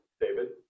David